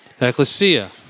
ecclesia